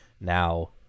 Now